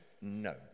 no